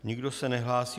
Nikdo se nehlásí.